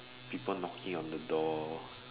people knocking on the door